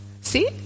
See